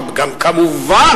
שכמובן,